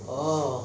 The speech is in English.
oh